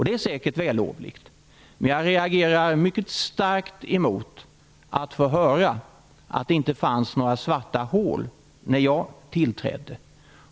Det är säkert vällovligt, men jag reagerar mycket starkt mot att behöva höra att det inte fanns några svarta hål när jag tillträdde.